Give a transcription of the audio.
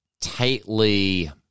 tightly